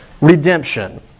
redemption